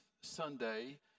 Sunday